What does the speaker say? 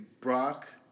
Brock